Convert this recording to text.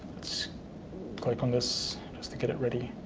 let's click on this just to get it ready.